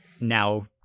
Now